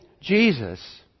Jesus